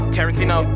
Tarantino